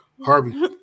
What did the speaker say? Harvey